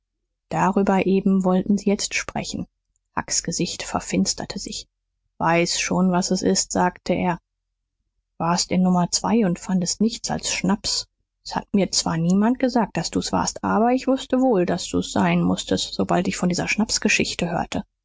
darüber eben wollten sie jetzt sprechen hucks gesicht verfinsterte sich weiß schon was es ist sagte er warst in nummer zwei und fandst nichts als schnaps s hat mir zwar niemand gesagt daß du's warst aber ich wußte wohl daß du's sein mußtest sobald ich von dieser schnaps geschichte hörte